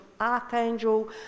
archangel